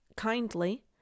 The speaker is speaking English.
kindly